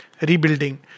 rebuilding